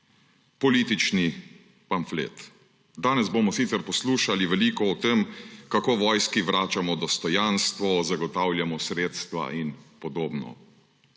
politični pamflet. Danes bomo sicer poslušali veliko o tem, kako vojski vračamo dostojanstvo, zagotavljamo sredstva in podobno.